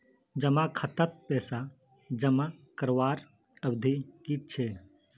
जमा खातात पैसा जमा करवार अवधि की छे?